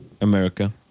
America